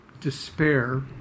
despair